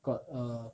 got err